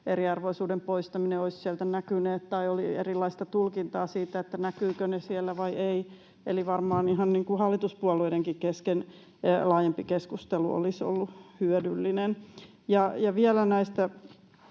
eriarvoisuuden poistaminen olisivat siellä näkyneet, tai oli erilaista tulkintaa siitä, näkyvätkö ne siellä vai eivät. Eli varmaan ihan hallituspuolueidenkin kesken olisi laajempi keskustelu ollut hyödyllinen.